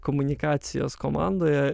komunikacijos komandoje